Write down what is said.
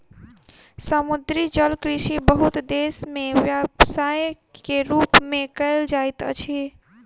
समुद्री जलकृषि बहुत देस में व्यवसाय के रूप में कयल जाइत अछि